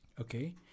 Okay